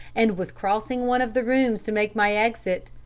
and was crossing one of the rooms to make my exit,